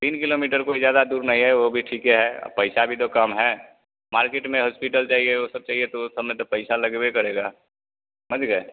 तीन किलोमीटर कोई ज़्यादा दूर नहीं है वह भी ठीके है और पैसा भी तो कम है मार्किट में हॉस्पिटल चाहिए वह सब चाहिए तो ओ सबमें तो पैसा लगबे करेगा समझ गए